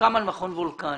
סוכם על מכון וולקני,